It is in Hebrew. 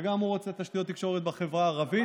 וגם הוא רוצה תשתיות תקשורת בחברה הערבית.